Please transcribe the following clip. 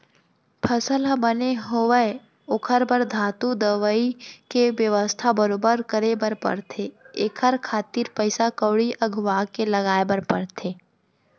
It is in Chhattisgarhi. फसल ह बने होवय ओखर बर धातु, दवई के बेवस्था बरोबर करे बर परथे एखर खातिर पइसा कउड़ी अघुवाके लगाय बर परथे